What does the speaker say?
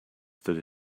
stood